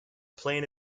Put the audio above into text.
plane